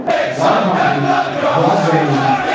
it's a lot of companies. it's a broad range.